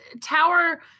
tower